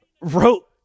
wrote